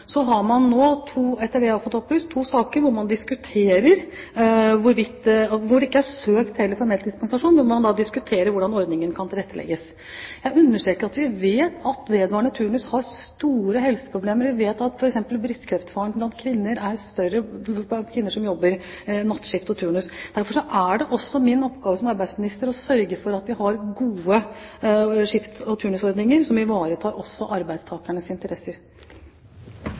Så har man nå, etter det jeg har fått opplyst, to saker hvor det formelt ikke er søkt om dispensasjon, men hvor man diskuterer hvordan ordningen kan tilrettelegges. Jeg understreker at vi vet at vedvarende turnus fører til store helseproblemer. Vi vet at f.eks. brystkreftfaren blant kvinner er større blant kvinner som jobber nattskift og turnus. Derfor er det også min oppgave som arbeidsminister å sørge for at vi har gode skift- og turnusordninger som ivaretar også arbeidstakernes interesser.